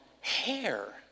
hair